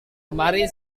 kemarin